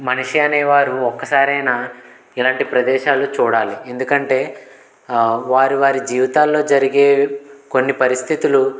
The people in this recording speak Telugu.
మనిషి అనేవారు ఒక్కసారైనా ఇలాంటి ప్రదేశాలు చూడాలి ఎందుకంటే వారి వారి జీవితాల్లో జరిగే కొన్ని పరిస్థితులు